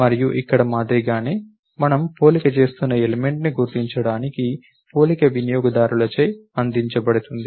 మరియు ఇక్కడ మాదిరిగానే మనము పోలిక చేస్తున్న ఎలిమెంట్ ని గుర్తించడానికి పోలిక వినియోగదారుల చే అందించబడుతుంది